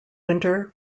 winter